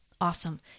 awesome